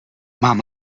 mám